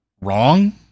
wrong